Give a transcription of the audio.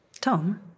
Tom